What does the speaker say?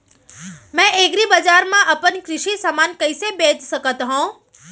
मैं एग्रीबजार मा अपन कृषि समान कइसे बेच सकत हव?